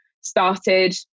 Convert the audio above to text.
started